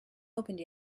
opened